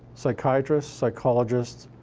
psychiatrists, psychologists,